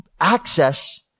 access